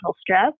stress